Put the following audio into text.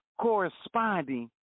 corresponding